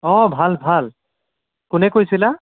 অঁ ভাল ভাল কোনে কৈছিলা